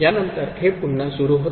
यानंतर हे पुन्हा सुरू होते